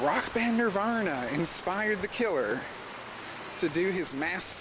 rock band nirvana inspired the killer to do his ma